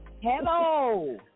Hello